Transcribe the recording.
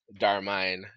Darmine